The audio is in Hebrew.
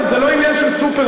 זה לא עניין של סופרמן,